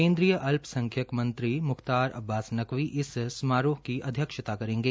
केन्द्रीय अल्पसंखक मंत्री मुख्तार अब्बास नकवी इस समारोह की अध्यक्षता करेंगे